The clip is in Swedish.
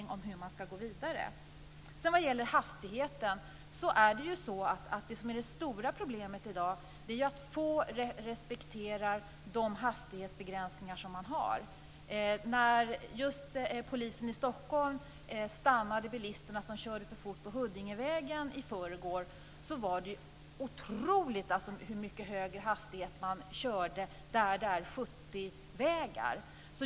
Det som är det stora problemet i dag med hastigheten är att det är få som respekterar de begränsningar som man har. När polisen i Stockholm stannade bilisterna som körde för fort på Huddingevägen i förrgår visade det sig att man körde med otroligt mycket högre hastighet där det är 70-vägar.